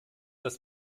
dass